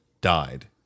died